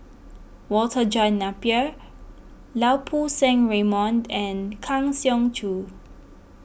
Walter John Napier Lau Poo Seng Raymond and Kang Siong Joo